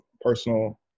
personal